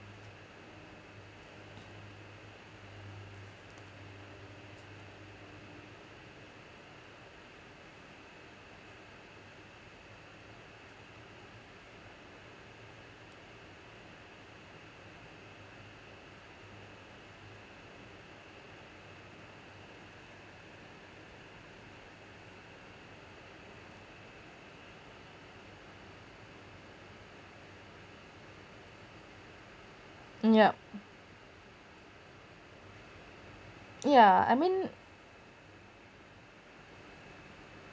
mm yup yeah I mean